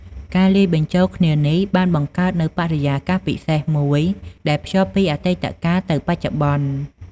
ការលាយបញ្ចូលគ្នានេះបានបង្កើតនូវបរិយាកាសពិសេសមួយ ដែលភ្ជាប់ពីអតីតកាលទៅបច្ចុប្បន្ន។